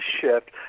shift